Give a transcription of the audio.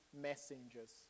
messengers